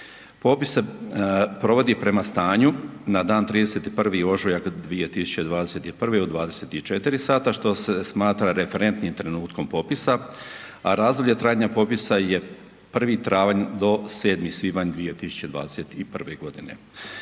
Popis se provodi prema stanju na dan 31. ožujak 2021. u 24 sata što se smatra referentnim trenutkom popisa, a razdoblje trajanja popisa je 1. travanj do 7. svibanj 2021. godine.